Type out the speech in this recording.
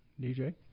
DJ